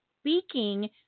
speaking